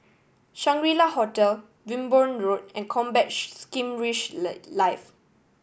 Shangri La Hotel Wimborne Road and Combat Skirmish Lay Live